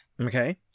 Okay